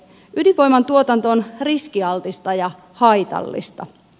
ydinvoiman tuotanto on riskialtista ja haitallista